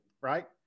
right